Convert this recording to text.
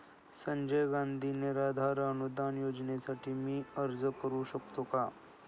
संजय गांधी निराधार अनुदान योजनेसाठी मी अर्ज करू शकतो का?